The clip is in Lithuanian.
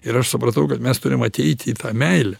ir aš supratau kad mes turim ateit į tą meilę